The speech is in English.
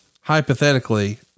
Hypothetically